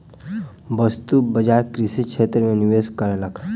वस्तु बजार कृषि क्षेत्र में निवेश कयलक